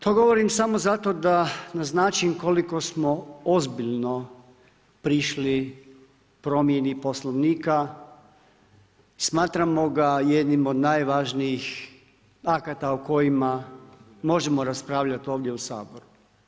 To govorim samo zato da naznačim koliko smo ozbiljno prišli promjeni Poslovnika i smatramo ga jednim od najvažnijih akata o kojima možemo raspravljati ovdje u Saboru.